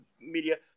Media